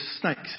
snakes